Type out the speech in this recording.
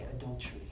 adultery